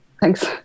thanks